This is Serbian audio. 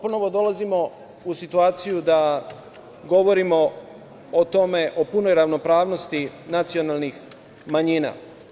Ponovo dolazimo u situaciju da govorimo o punoj ravnopravnosti nacionalnih manjina.